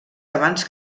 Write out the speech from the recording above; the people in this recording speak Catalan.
abans